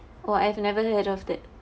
orh I've never heard of that